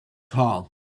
tall